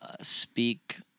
speak